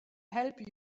help